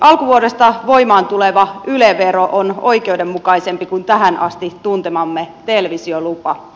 alkuvuodesta voimaan tuleva yle vero on oikeudenmukaisempi kuin tähän asti tuntemamme televisiolupa